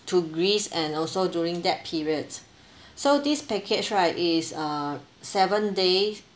to greece and also during that period so this package right is uh seven days